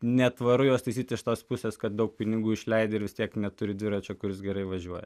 netvaru juos taisyti iš tos pusės kad daug pinigų išleidi ir vis tiek neturi dviračio kuris gerai važiuoja